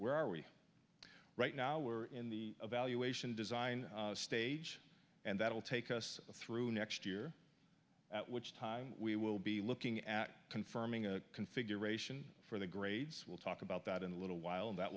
where are we right now are in the evaluation design stage and that will take us through next year at which time we will be looking at confirming a configuration for the grades we'll talk about that in a little while and that